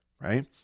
right